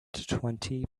twenty